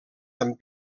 amb